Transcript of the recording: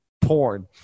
porn